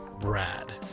Brad